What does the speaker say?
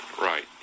Right